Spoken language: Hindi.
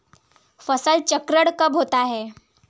फसल चक्रण कब होता है?